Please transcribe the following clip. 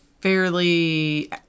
fairly